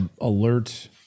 alert